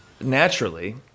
naturally